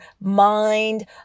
mind